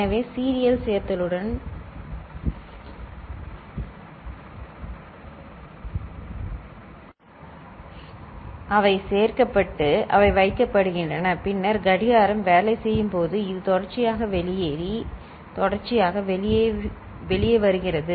எனவே சீரியல் சேர்த்தலுடன் அவை சேர்க்கப்பட்டு அவை வைக்கப்படுகின்றன பின்னர் கடிகாரம் வேலை செய்யும் போது இது தொடர்ச்சியாக வெளியேறி தொடர்ச்சியாக வெளியே வருகிறது